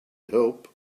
help